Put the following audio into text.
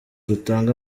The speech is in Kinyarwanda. rutanga